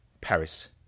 Paris